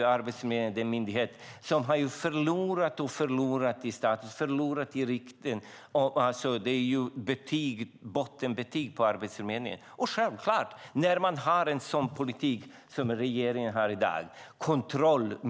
Arbetsförmedlingen är den myndighet som har förlorat alltmer av sin status och sitt rykte och har fått bottenbetyg. Det är självklart när man har en sådan politik som regeringen har i dag.